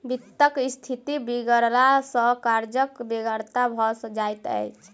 वित्तक स्थिति बिगड़ला सॅ कर्जक बेगरता भ जाइत छै